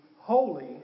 holy